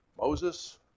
Moses